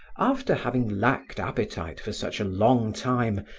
after having lacked appetite for such a long time,